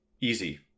Easy